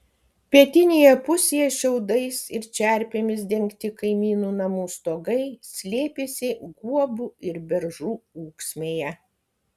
pietinėje pusėje šiaudais ir čerpėmis dengti kaimynų namų stogai slėpėsi guobų ir beržų ūksmėje